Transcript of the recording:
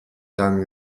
tam